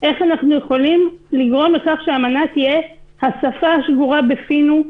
איך אנחנו יכולים לגרום לכך שהאמנה תהיה שפה שגורה בפינו,